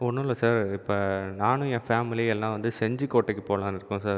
ஒன்னுல்லை sir இப்போ நான் என் ஃபேமிலி எல்லா வந்து செஞ்சு கோட்டைக்கு போகலானு இருக்கோம் சார்